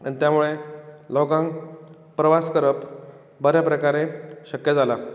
आनी त्यामुळे लोकांक प्रवास करप बऱ्या प्रकारे शक्य जालां